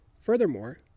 Furthermore